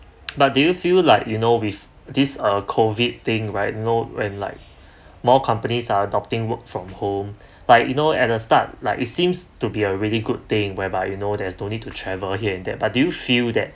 but do you feel like you know with this uh COVID thing right know when like more companies are adopting worked from home like you know at the start like it seems to be a really good thing whereby you know there's no need to travel here and there but do you feel that because you have started working mah like do you feel that